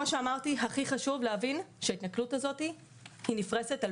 חשוב להבין שההתנכלות הזאת נפרסת על